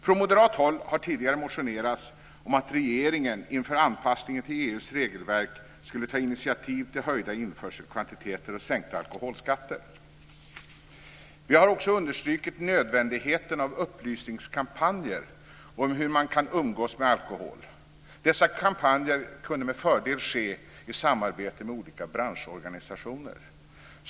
Från moderat håll har tidigare motionerats om att regeringen inför anpassningen till EU:s regelverk skulle ta initiativ till höjda införselkvantiteter och sänkta alkoholskatter. Vi har också understrukit nödvändigheten av upplysningskampanjer om hur man kan umgås med alkohol. Dessa kampanjer kunde med fördel ske i samarbete med olika branschorganisationer.